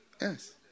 Yes